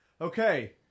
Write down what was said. Okay